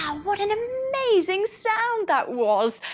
what an amazing sound that was!